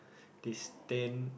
they stand